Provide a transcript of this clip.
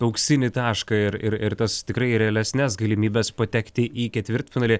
auksinį tašką ir ir ir tas tikrai realesnes galimybes patekti į ketvirtfinalį